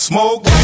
Smoke